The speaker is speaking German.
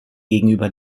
gegenüber